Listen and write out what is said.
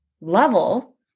level